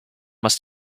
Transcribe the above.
must